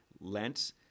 lent